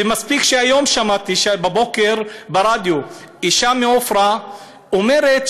ומספיק שהיום שמעתי בבוקר ברדיו אישה מעפרה אומרת: